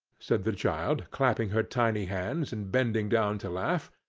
said the child, clapping her tiny hands, and bending down to laugh.